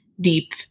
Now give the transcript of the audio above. deep